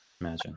Imagine